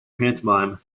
pantomime